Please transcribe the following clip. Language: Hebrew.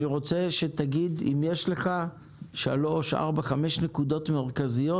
אני רוצה שתגיד אם יש לך שלוש-ארבע נקודות מרכזיות,